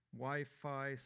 Wi-Fi